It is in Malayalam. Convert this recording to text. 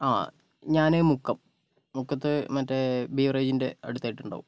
ആ ഞാൻ മുക്കം മുക്കത്ത് മറ്റേ ബീവറേജിൻ്റെ അടുത്തായിട്ട് ഉണ്ടാകും